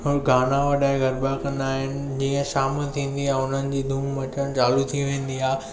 ऐं गाना वॼाए करे गरबा कंदा आहिनि जीअं शाम थींदी आहे हुननि जी धूम मचण चालू थी वेंदी आहे